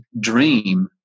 dream